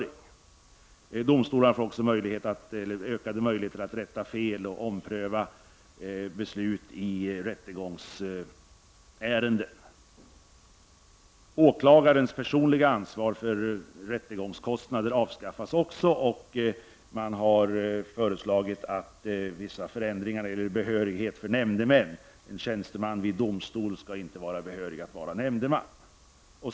Domstolarna får också möjligheter att rätta fel och ompröva beslut i rättegångsärenden. Åklagarens personliga ansvar för rättegångskostnader avskaffas också. Dessutom har man föreslagit vissa förändringar när det gäller behörighet för tjänstemän. En tjänsteman vid domstol skall inte vara behörig att vara nämndeman.